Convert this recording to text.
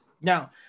Now